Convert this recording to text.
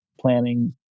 planning